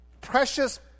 precious